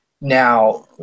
Now